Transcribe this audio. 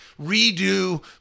redo